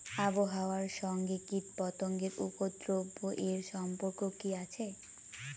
আবহাওয়ার সঙ্গে কীটপতঙ্গের উপদ্রব এর সম্পর্ক কি আছে?